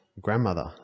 grandmother